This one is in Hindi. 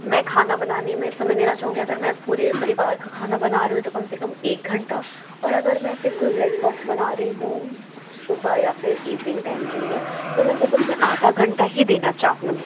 मैं खाना बनाने में समय देना चाहूँगी अगर मैं पूरे परिवार का खाना बना रही हूँ तो कम से कम एक घंटा और अगर मैं सिर्फ़ कोई ब्रेकफास्ट बना रहीं हूँ सुबह या फिर ईवनिंग टाइम के लिए तो मैं सिर्फ़ उसमें आधा घंटा ही देना चाहूँगी